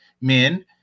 men